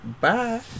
Bye